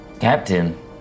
Captain